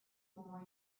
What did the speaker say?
more